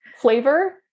flavor